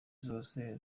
zose